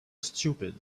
stupid